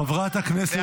חבר הכנסת קריב.